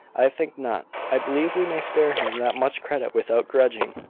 i think not. i believe we may spare him that much credit without grudging.